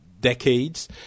decades